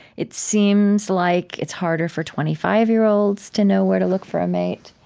it seems like it's harder for twenty five year olds to know where to look for a mate.